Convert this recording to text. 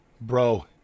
bro